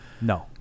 No